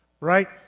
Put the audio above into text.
right